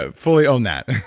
ah fully own that